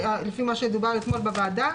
לפי מה שדובר אתמול בוועדה,